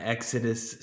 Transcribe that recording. Exodus